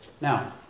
Now